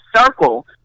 circle